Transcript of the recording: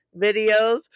videos